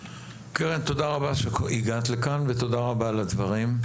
קרן, תודה רבה שהגעת לכאן ותודה רבה על הדברים.